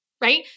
right